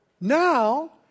Now